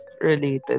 related